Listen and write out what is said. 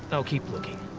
i'll keep looking.